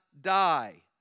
die